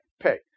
pay